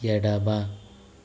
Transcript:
ఎడమ